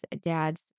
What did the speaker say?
dad's